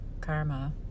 karma